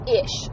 ish